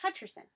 Hutcherson